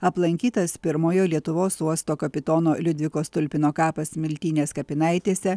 aplankytas pirmojo lietuvos uosto kapitono liudviko stulpino kapas smiltynės kapinaitėse